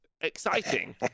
exciting